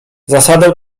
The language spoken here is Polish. zasadę